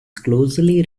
closely